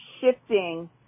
shifting